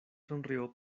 sonrió